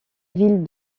ville